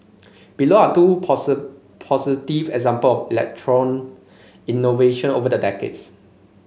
below are two positive example of electoral innovation over the decades